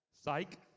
Psych